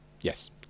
Yes